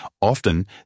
Often